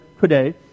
today